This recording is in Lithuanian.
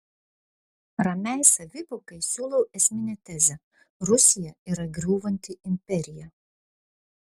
ramiai savivokai siūlau esminę tezę rusija yra griūvanti imperija